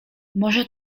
może